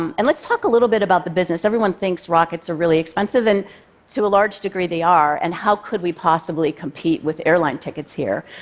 um and let's talk a little bit about the business. everyone thinks rockets are really expensive, and to a large degree they are, and how could we possibly compete with airline tickets here?